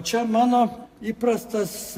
čia mano įprastas